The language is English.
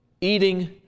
Eating